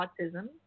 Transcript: autism